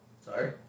Sorry